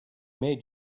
made